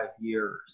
years